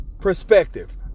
perspective